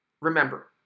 Remember